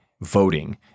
Voting